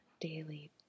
daily